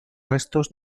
restos